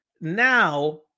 now